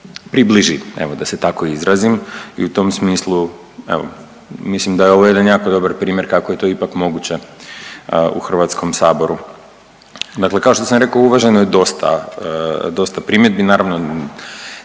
približi evo da se tako izrazim. I u tom smislu evo mislim da je ovo jedan jako dobar primjer kako je to ipak moguće u Hrvatskom saboru. Dakle kao što sam rekao uvaženoj dosta primjedbi. Naravno